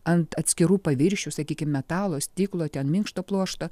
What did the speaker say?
ant atskirų paviršių sakykim metalo stiklo ten minkšto pluošto